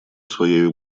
своею